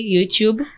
YouTube